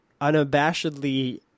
unabashedly –